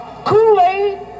Kool-Aid